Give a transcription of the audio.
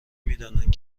میدانند